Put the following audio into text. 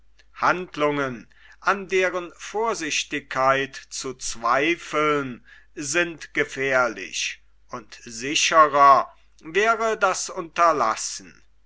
handlungen an deren vorsichtigkeit wir zweifeln sind gefährlich und sichrer wäre das unterlassen